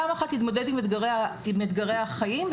פעם אחת להתמודד עם אתגרי החיים,